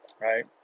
right